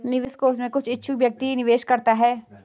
निवेश कोष में कुछ इच्छुक व्यक्ति ही निवेश करता है